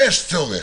יש צורך.